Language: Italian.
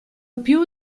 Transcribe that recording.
più